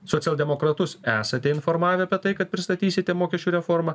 socialdemokratus esate informavę apie tai kad pristatysite mokesčių reformą